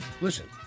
listen